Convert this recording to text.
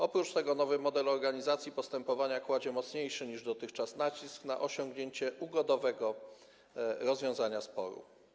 Oprócz tego nowy model organizacji postępowania kładzie mocniejszy niż dotychczas nacisk na osiągnięcie ugodowego rozwiązania sporu.